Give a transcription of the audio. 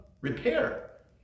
repair